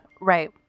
Right